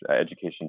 education